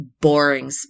boring